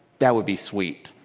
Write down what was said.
that would be sweet.